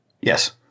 Yes